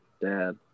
dad